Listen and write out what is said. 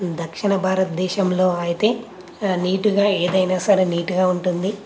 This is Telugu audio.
దక్షిణ భారతదేశంలో అయితే నీట్గా ఏదైనా సరే నీట్గా ఉంటుంది